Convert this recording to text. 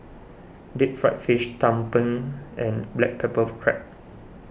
Deep Fried Fish Tumpeng and Black Pepper Crab